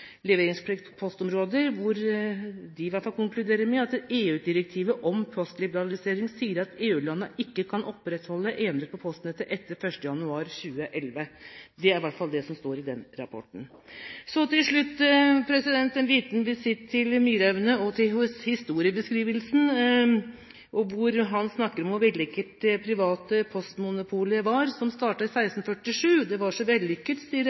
Leveringsplikt på postområdet, som ble utarbeidet i 2010. De konkluderer med at EU-direktivet om postliberalisering sier at EU-landene ikke kan opprettholde enerett på postnettet etter 1. januar 2011. Det er det som står i den rapporten. Til slutt en liten visitt til Myraune og historiebeskrivelsen. Han snakker om hvor vellykket det private postmonopolet som startet i 1647, var. Det var så vellykket